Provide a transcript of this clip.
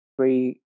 Three